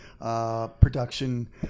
production